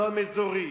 שלום אזורי,